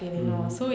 mm